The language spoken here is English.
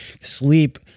sleep